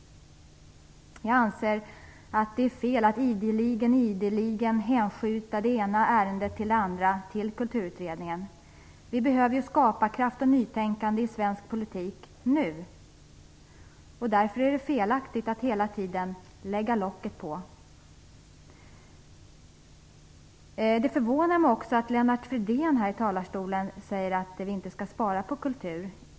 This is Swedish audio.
Jag anser att det är fel att ideligen hänskjuta det ena ärendet efter det andra till Kulturutredningen. Vi behöver skaparkraft och nytänkande i svensk politik nu! Därför är det felaktigt att hela tiden lägga locket på. Det förvånar mig att Lennart Fridén här säger att vi inte skall spara på kulturen.